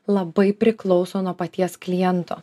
labai priklauso nuo paties kliento